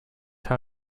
how